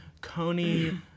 Coney